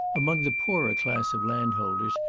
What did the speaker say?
among the poorer class of landholders,